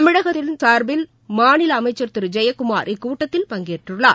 தமிழகத்தில் சார்பில் மாநிலஅமைச்சர் திருஜெயக்குமார் இக்கூட்டத்தில் பங்கேற்றுள்ளார்